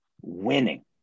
winning